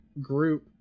group